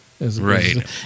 Right